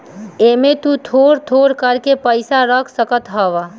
एमे तु थोड़ थोड़ कर के पैसा रख सकत हवअ